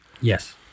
Yes